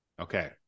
okay